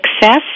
success